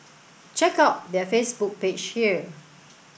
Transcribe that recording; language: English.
check out their Facebook page here